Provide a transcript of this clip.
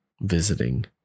visiting